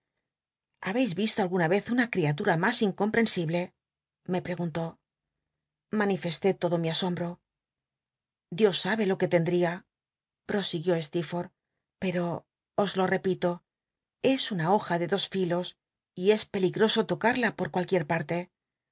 beis visto alguna yez una criatura mas incomprensible me preguntó manifesté lodo mi asombro dios sabe lo que tendría prosiguió steerforth pero os lo rep ito es lim hoja de dos hlos y es'fleligroso tocarla por cualquier pattc